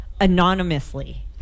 anonymously